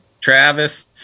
Travis